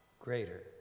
greater